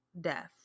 death